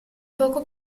poco